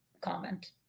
comment